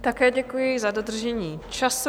Také děkuji za dodržení času.